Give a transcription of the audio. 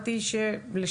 בבקשה, הילה.